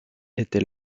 était